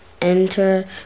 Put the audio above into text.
enter